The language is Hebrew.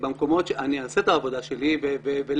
אני אעשה את העבודה שלי ולהפך,